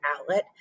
outlet